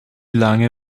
lange